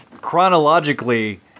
chronologically